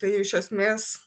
tai iš esmės